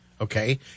Okay